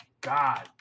God